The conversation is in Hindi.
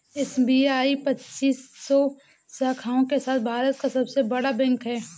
एस.बी.आई पच्चीस सौ शाखाओं के साथ भारत का सबसे बड़ा बैंक है